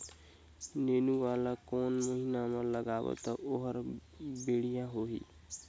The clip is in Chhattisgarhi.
नेनुआ ला कोन महीना मा लगाबो ता ओहार बेडिया होही?